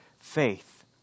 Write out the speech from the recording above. faith